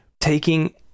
Taking